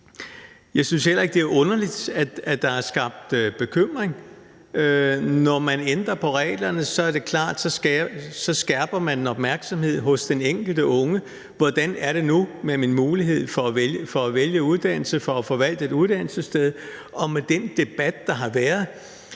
Jeg synes heller ikke, det er underligt, at der er skabt bekymring. Når man ændrer på reglerne, er det klart, at man skærper opmærksomheden hos den enkelte unge, som spørger: Hvordan er det nu med min mulighed for at vælge uddannelse, for at få valgt et uddannelsessted? Og med den debat, der har været,